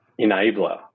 enabler